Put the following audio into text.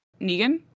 Negan